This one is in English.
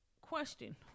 Question